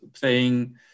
playing